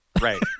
Right